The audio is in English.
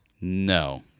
No